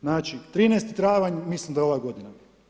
Znači 13. travanj, mislim da je ova godina.